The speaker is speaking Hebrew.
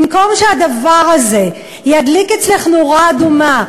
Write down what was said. במקום שהדבר הזה ידליק אצלך נורה אדומה,